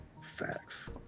facts